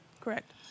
Correct